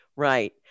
Right